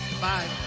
Bye